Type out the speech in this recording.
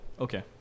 Okay